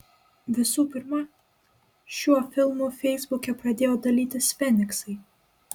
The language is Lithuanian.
visų pirma šiuo filmu feisbuke pradėjo dalytis feniksai